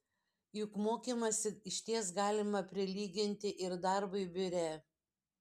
juk mokymąsi išties galima prilyginti ir darbui biure